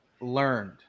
learned